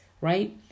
right